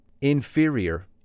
inferior